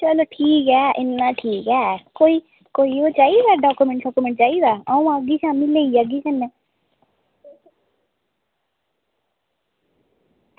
चलो ठीक ऐ इन्ना ठीक ऐ एह् कोई डॉक्यूमेंट चाहिदा अं'ऊ लेई जाह्गी कन्नै